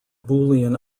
boolean